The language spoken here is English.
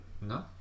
no